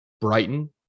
Brighton